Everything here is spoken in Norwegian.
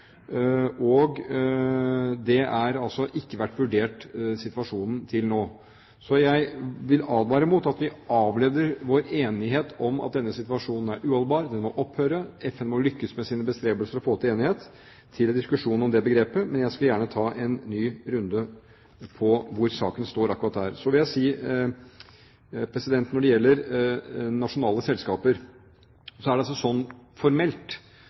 og det er en situasjon som altså ikke har vært vurdert til nå. Så jeg vil advare mot at vi avleder vår enighet om at denne situasjonen er uholdbar, at den må opphøre, at FN må lykkes med sine bestrebelser og få til enighet, til å bli en diskusjon om det begrepet. Men jeg skal gjerne ta en ny runde på hvor saken står akkurat nå. Når det gjelder nasjonale selskaper, er det altså slik formelt